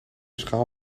schaal